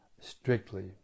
strictly